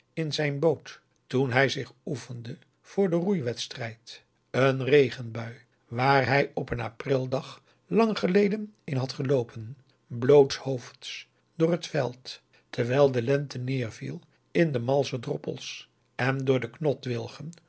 in zijn boot toen hij zich oefende voor den roei wedstrijd een regenbui waar hij op een april dag lang geleden in had geloopen blootshoofds door het veld terwijl de lente neerviel in de malsche droppels en door de